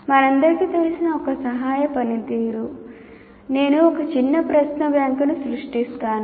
మనందరికీ తెలిసిన ఒక సహాయక పనితీరు నేను ఒక చిన్న ప్రశ్న బ్యాంకును సృష్టిస్తాను